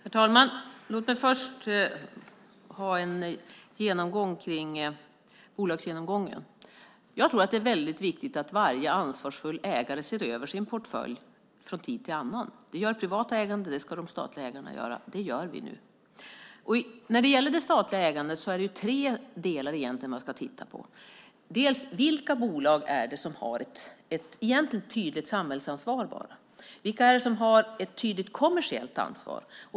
Herr talman! Låt mig först tala om bolagsgenomgången. Jag tror att det är väldigt viktigt att varje ansvarsfull ägare ser över sin portfölj från tid till annan. Det gör privata ägare, och det ska de statliga ägarna göra. Det gör vi nu. När det gäller det statliga ägandet ska man titta på tre delar: Vilka bolag har ett tydligt samhällsansvar? Vilka har ett tydligt kommersiellt ansvar?